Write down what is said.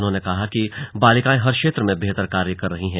उन्होंने कहा कि बालिकाएं हर क्षेत्र में बेहतर कार्य कर रही हैं